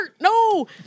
no